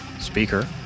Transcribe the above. speaker